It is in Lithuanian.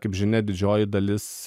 kaip žinia didžioji dalis